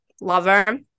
lover